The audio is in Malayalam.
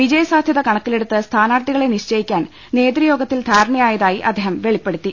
വിജയ സാധ്യത കണക്കിലെടുത്ത് സ്ഥാനാർത്ഥികളെ നിശ്ചയിക്കാൻ നേതൃയോഗത്തിൽ ധാരണയായതായി അദ്ദേഹം വെളിപ്പെ ടുത്തി